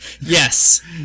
yes